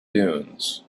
dunes